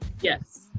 yes